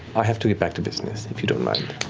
i have to get back to business, if you don't mind.